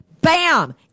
Bam